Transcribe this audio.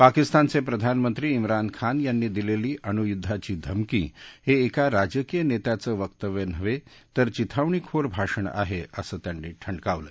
पाकिस्तानच प्रिधानमंत्री मिन खान यांनी दिलसी अणुयुद्धाची धमकी हत्तिका राजकीय नस्तिचं वक्तव्य नव्हतिर चिथावणीखोर भाषण आह असं त्यांनी ठणकावलं